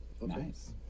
Nice